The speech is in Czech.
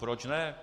Proč ne?